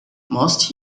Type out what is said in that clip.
most